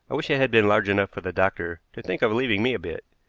i wish it had been large enough for the doctor to think of leaving me a bit.